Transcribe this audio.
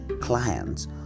clients